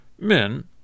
Men